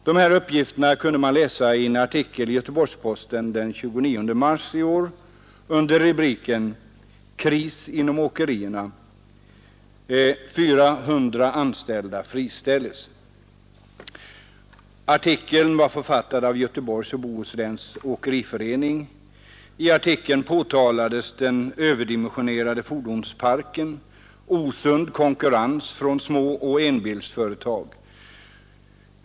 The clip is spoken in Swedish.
Dessa uppgifter kunde man läsa i en artikel i Göteborgs-Posten den 29 mars i år under rubriken: ”Kris inom åkerierna, 400 anställda friställes.” Artikeln var författad av Göteborgs och Bohus läns åkeriförening. I artikeln påtalades den överdimensionerade fordonsparken, osund konkurrens från småföretag och enbilsföretag.